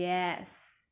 okay